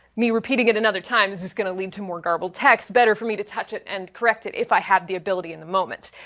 me repeating it another time, this is going to lead to more garbled text. better for me to touch it and correct it if i have the ability in the moment.